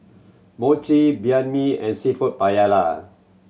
Mochi Banh Mi and Seafood Paella